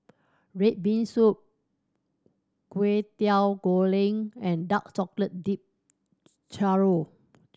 red bean soup Kwetiau Goreng and dark chocolate dipped churro